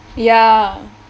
ya